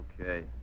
Okay